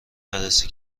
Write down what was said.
بررسی